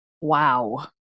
Wow